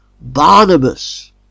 Barnabas